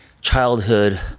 childhood